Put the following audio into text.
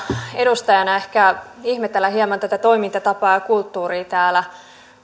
edustaja ehkä ihmetellä hieman tätä toimintatapaa ja kulttuuria täällä